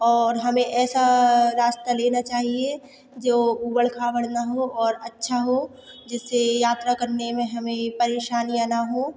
और हमें ऐसा रास्ता लेना चाहिए जो ऊबड़ खाबड़ ना हो और अच्छा हो जिससे यात्रा करने में हमें परेशानियाँ ना हों